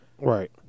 right